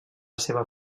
seva